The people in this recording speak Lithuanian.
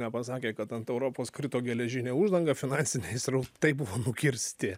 nepasakė kad ant europos krito geležinė uždanga finansiniai srautai buvo nukirsti